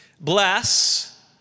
bless